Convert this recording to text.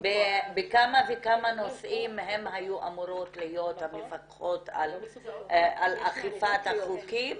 בכמה וכמה נושאים הן היו אמורות להיות המפקחות על אכיפת החוקים